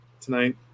tonight